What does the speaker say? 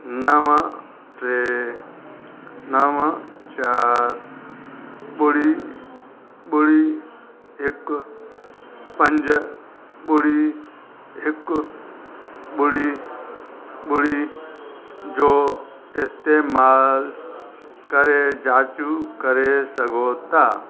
नवं टे नवं चारि ॿुड़ी ॿुड़ी हिक पंज ॿुड़ी हिक ॿुड़ी ॿुड़ी जो इस्तेमालु करे जाचु करे सघो था